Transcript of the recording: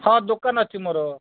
ହଁ ଦୋକାନ ଅଛି ମୋର